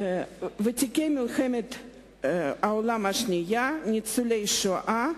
ותיקי מלחמת העולם השנייה, ניצולי השואה,